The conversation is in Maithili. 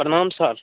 प्रणाम सर